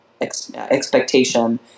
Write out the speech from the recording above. expectation